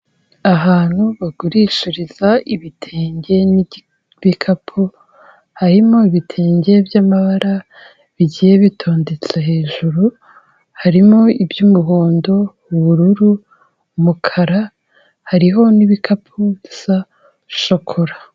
Ahantu bagurishiriza ibitenge n'ibikapu harimo ibirenge by'amabara bigiye bitondetse hejuru, harimo iby'umuhondo, ubururu, umukara, hariho n'ibikapu bisa shokora.